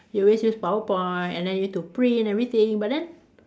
they always use PowerPoint and then need to print everything but then